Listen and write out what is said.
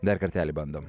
dar kartelį bandom